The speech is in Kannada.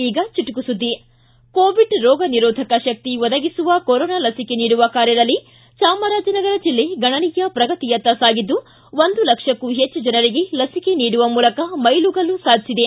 ಈಗ ಚುಟುಕು ಸುದ್ದಿ ಕೋವಿಡ್ ರೋಗ ನಿರೋಧಕ ಶಕ್ತಿ ಒದಗಿಸುವ ಕೊರೊನಾ ಲಸಿಕೆ ನೀಡುವ ಕಾರ್ಯದಲ್ಲಿ ಚಾಮರಾಜನಗರ ಜಿಲ್ಲೆ ಗಣನೀಯ ಪ್ರಗತಿಯತ್ತ ಸಾಗಿದ್ದು ಒಂದು ಲಕ್ಷಕ್ಕೂ ಹೆಚ್ಚು ಜನರಿಗೆ ಲಸಿಕೆ ನೀಡುವ ಮೂಲಕ ಮೈಲಿಗಲ್ಲು ಸಾಧಿಸಿದೆ